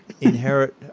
inherit